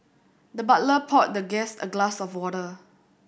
the butler poured the guest a glass of water